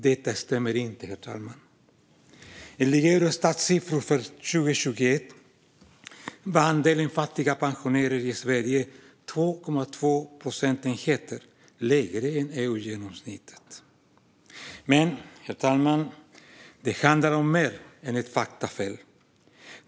Detta stämmer inte, herr talman. Enligt Eurostats siffror för 2021 var andelen fattiga pensionärer i Sverige 2,2 procentenheter lägre än EU-genomsnittet. Men, herr talman, det handlar om mer än ett faktafel.